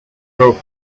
drought